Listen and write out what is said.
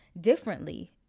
differently